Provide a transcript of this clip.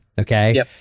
okay